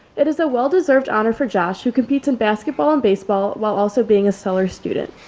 it is a well deserved honor for josh who competes in basketball and baseball while also being a seller student.